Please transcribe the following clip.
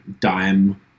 dime